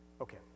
Okay